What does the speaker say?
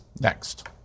next